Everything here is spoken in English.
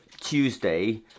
Tuesday